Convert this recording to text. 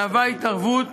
מהווה התערבות